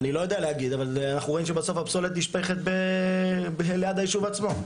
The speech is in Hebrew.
אני לא יודע להגיד אבל אנחנו רואים שבסוף הפסולת נשפכת ליד הישוב עצמו.